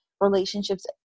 relationships